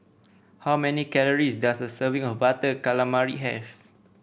how many calories does a serving of Butter Calamari have